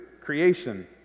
creation